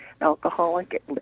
alcoholic